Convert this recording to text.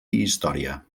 història